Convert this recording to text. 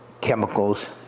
chemicals